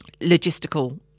logistical